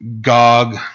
Gog